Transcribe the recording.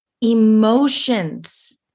Emotions